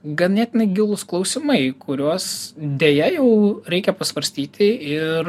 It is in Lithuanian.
ganėtinai gilūs klausimai kuriuos deja jau reikia pasvarstyti ir